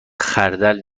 خردل